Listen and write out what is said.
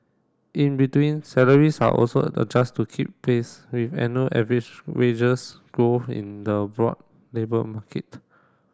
in between salaries are also adjust to keep pace with annual average wages growth in the broad labour market